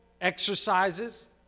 exercises